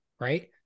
Right